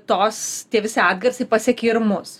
tos tie visi atgarsiai pasiekė ir mus